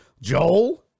joel